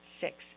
six